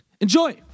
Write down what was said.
Enjoy